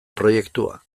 proiektua